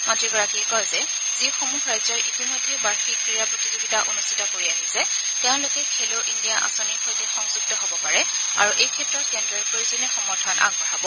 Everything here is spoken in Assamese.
মন্ৰীগৰাকীয়ে কয় যে যিসমূহ ৰাজ্যই ইতিমধ্যে বাৰ্ষিক ক্ৰীড়া প্ৰতিযোগিতা অনুষ্ঠিত কৰি আহিছে তেওঁলোকে খেলো ইণ্ডিয়া আঁচনিৰ সৈতে সংযুক্ত হব পাৰে আৰু এই ক্ষেত্ৰত কেন্দ্ৰই প্ৰয়োজনীয় সমৰ্থন আগবঢ়াব